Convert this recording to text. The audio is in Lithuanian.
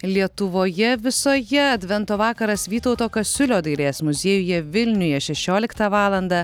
lietuvoje visoje advento vakaras vytauto kasiulio dailės muziejuje vilniuje šešioliktą valandą